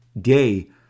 day